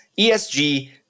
ESG